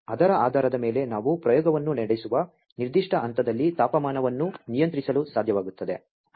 ಮತ್ತು ಅದರ ಆಧಾರದ ಮೇಲೆ ನಾವು ಪ್ರಯೋಗವನ್ನು ನಡೆಸುವ ನಿರ್ದಿಷ್ಟ ಹಂತದಲ್ಲಿ ತಾಪಮಾನವನ್ನು ನಿಯಂತ್ರಿಸಲು ಸಾಧ್ಯವಾಗುತ್ತದೆ